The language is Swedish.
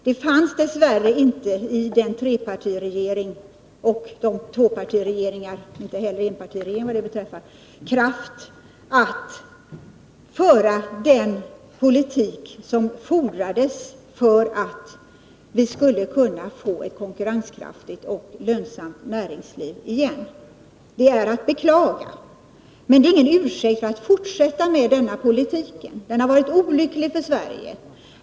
Det fanns dess värre inte i trepartiregeringen eller tvåpartiregeringarna — och inte heller i enpartiregeringen, vad det beträffar — kraft att föra den politik som fordrades för att vi skulle kunna få ett konkurrenskraftigt och lönsamt näringsliv. Detta är att beklaga, men det är ingen ursäkt för att fortsätta samma politik. Den har varit olycklig för Sverige.